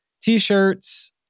t-shirts